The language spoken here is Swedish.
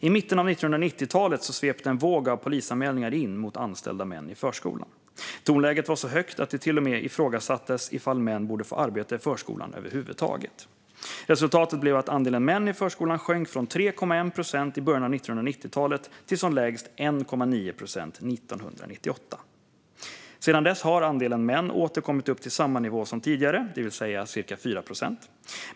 I mitten av 1990-talet svepte en våg av polisanmälningar in mot anställda män i förskolan. Tonläget var så högt att det till och med ifrågasattes ifall män borde få arbeta i förskolan över huvud taget. Resultatet blev att andelen män i förskolan sjönk från 3,1 procent i början av 1990-talet till som lägst 1,9 procent 1998. Sedan dess har andelen män åter kommit upp till samma nivå som tidigare, det vill säga cirka 4 procent.